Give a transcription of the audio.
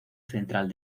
central